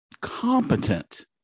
competent